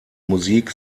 musik